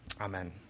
Amen